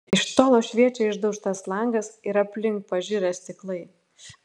iš tolo šviečia išdaužtas langas ir aplink pažirę stiklai